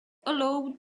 allowed